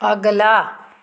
ਅਗਲਾ